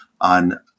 on